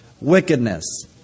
wickedness